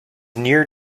near